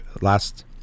last